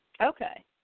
Okay